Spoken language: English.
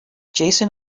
jason